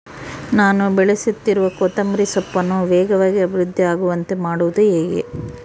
ನಾನು ಬೆಳೆಸುತ್ತಿರುವ ಕೊತ್ತಂಬರಿ ಸೊಪ್ಪನ್ನು ವೇಗವಾಗಿ ಅಭಿವೃದ್ಧಿ ಆಗುವಂತೆ ಮಾಡುವುದು ಹೇಗೆ?